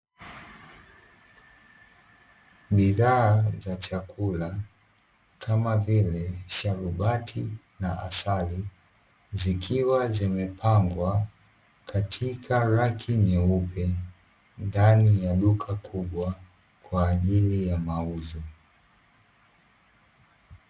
Bidhaa za chakula kama vile sharubati na asali zikiwa zimepangwa katika raki nyeupe, ndani ya duka kubwa kwa ajili ya mauzo.